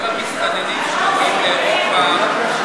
כל המסתננים שמגיעים לאירופה,